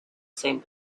same